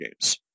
games